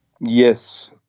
Yes